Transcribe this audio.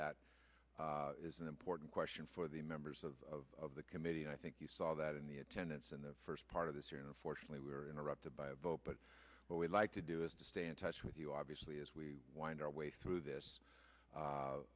that is an important question for the members of the committee i think you saw that in the attendance in the first part of this year unfortunately we were interrupted by a vote but what we'd like to do is to stay in touch with you obviously as we wind our way through this